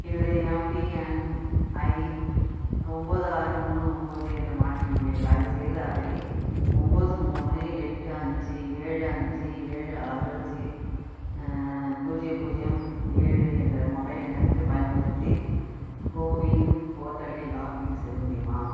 என்னுடைய எம்பிஎன்ஐ ஒம்போது ஆறு மூணு ஒம்போது என்று மாற்றியுள்ளேன் தயவுசெய்து அதை ஒம்போது மூணு எட்டு அஞ்சு ஏழு அஞ்சு ஏழு ஆறு பூஜ்ஜியம் பூஜ்ஜியம் ஏழு என்ற மொபைல் எண்ணுக்குப் பயன்படுத்தி கோவின் போர்ட்டலில் லாக்இன் செய்ய முடியுமா